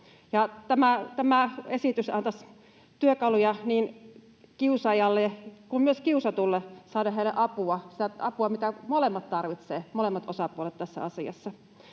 Tämä esitys antaisi työkaluja saada apua niin kiusaajalle kuin myös kiusatulle, sitä apua, mitä molemmat osapuolet tarvitsevat tässä asiassa.